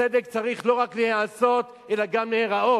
הצדק צריך לא רק להיעשות, אלא גם להיראות.